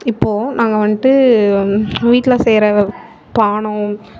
இப்போது நாங்கள் வந்துட்டு வீட்டில் செய்கிற பானம்